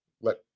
let